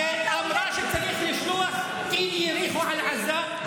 ואמרה שצריך לשלוח טיל יריחו על עזה,